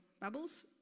bubbles